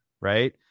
Right